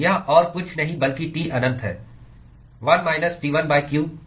यह और कुछ नहीं बल्कि T अनंत है 1 माइनस T1 q किया गया है